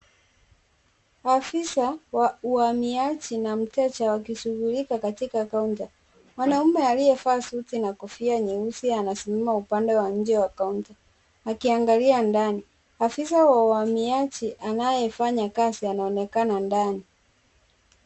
Afisa wa uhamiaji na mteja wakishughulika katika kaunta. Mwanaume aliyevaa suti na kofia nyeusi ansimama upande wa nje wa kaunta. Akiangalia ndani. Afisa wa uhamiaji anayefanya kazi. Anaonekana ndani.